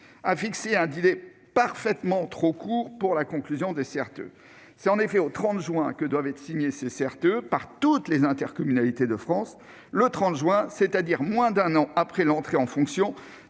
a fixé un délai bien trop court pour la conclusion des CRTE. C'est en effet au 30 juin prochain que doivent être signés ces contrats par toutes les intercommunalités de France, c'est-à-dire moins d'un an après l'entrée en fonctions